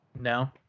No